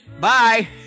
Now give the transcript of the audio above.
Bye